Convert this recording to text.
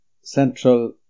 central